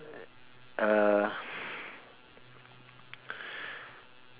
uh